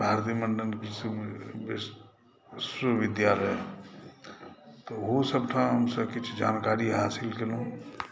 भारती मण्डन कृषि विश्व विश्वविद्यालय तऽ ओहो सभठामसँ किछु जानकारी हासिल केलहुँ